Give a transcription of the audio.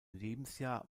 lebensjahr